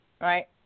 right